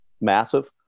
massive